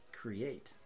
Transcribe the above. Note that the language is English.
create